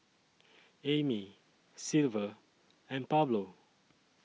Amey Silver and Pablo